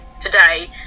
today